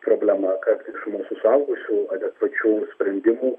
problema kad iš mūsų suaugusių adekvačių sprendimų